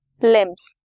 limbs